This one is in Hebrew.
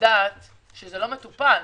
לדעת שזה לא מטופל.